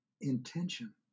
intention